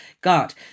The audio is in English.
got